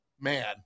man